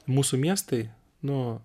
mūsų miestai nu